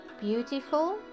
beautiful